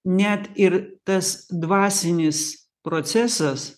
net ir tas dvasinis procesas